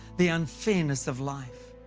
the unfairness of life.